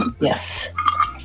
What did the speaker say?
Yes